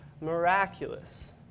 miraculous